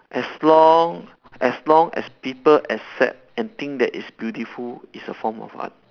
as long as long as people accept and think that it's beautiful it's a form of art